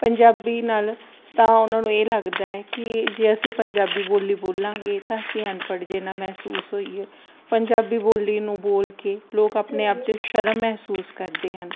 ਪੰਜਾਬੀ ਨਾਲ ਤਾਂ ਉਹਨਾਂ ਨੂੰ ਇਹ ਲੱਗਦਾ ਹੈ ਕਿ ਜੇ ਅਸੀਂ ਪੰਜਾਬੀ ਬੋਲੀ ਬੋਲਾਂਗੇ ਤਾਂ ਅਸੀਂ ਅਨਪੜ੍ਹ ਜਿਹੇ ਨਾ ਮਹਿਸੂਸ ਹੋਈਏ ਪੰਜਾਬੀ ਬੋਲੀ ਨੂੰ ਬੋਲ ਕੇ ਲੋਕ ਆਪਣੇ ਆਪ 'ਚ ਸ਼ਰਮ ਮਹਿਸੂਸ ਕਰਦੇ ਹਨ